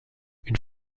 une